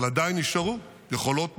אבל עדיין נשארו יכולות מרשימות.